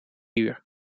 uur